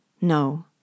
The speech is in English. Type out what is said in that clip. No